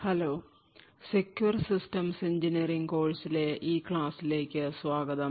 hello secure system engineering കോഴ്സിലെ ഈ ക്ലാസിലേക്കു സ്വാഗതം